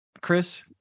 chris